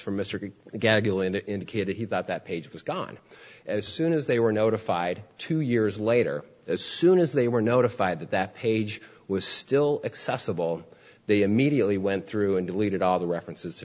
and indicated he thought that page was gone as soon as they were notified two years later as soon as they were notified that that page was still accessible they immediately went through and deleted all the references to